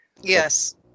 Yes